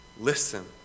Listen